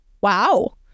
Wow